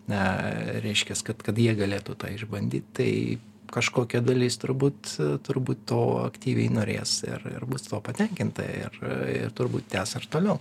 na reiškias kad kad jie galėtų tą išbandyt tai kažkokia dalis turbūt turbūt to aktyviai norės ir ir bus tuo patenkinta ir ir turbūt tęs ir toliau